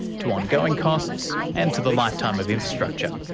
to ongoing costs, and to the lifetime of infrastructure.